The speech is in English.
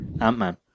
Ant-Man